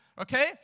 okay